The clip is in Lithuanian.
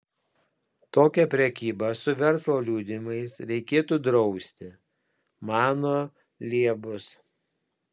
tokią prekybą su verslo liudijimais reikėtų drausti mano liebus